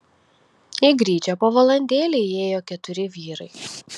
į gryčią po valandėlei įėjo keturi vyrai